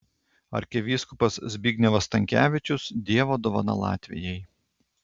arkivyskupas zbignevas stankevičius dievo dovana latvijai